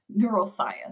neuroscience